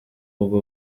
ubwo